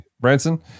Branson